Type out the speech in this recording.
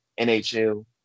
NHL